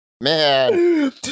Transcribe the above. Man